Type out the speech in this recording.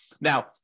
Now